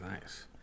nice